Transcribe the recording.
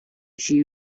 she